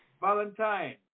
Valentine